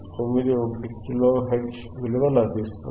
591 kilo hertz విలువ లభిస్తుంది